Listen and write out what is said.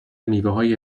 میوههای